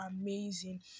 amazing